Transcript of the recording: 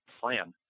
plan